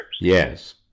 Yes